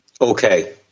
Okay